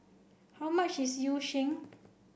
how much is Yu Sheng